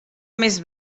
més